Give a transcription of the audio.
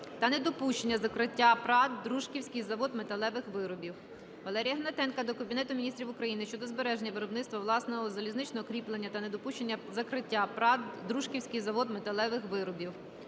та недопущення закриття ПрАТ "Дружківський завод металевих виробів". Валерія Гнатенка до Кабінету Міністрів України щодо збереження виробництва власного залізничного кріплення та недопущення закриття ПрАТ "Дружківський завод металевих виробів".